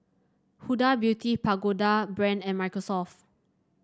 Huda Beauty Pagoda Brand and Microsoft